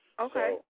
Okay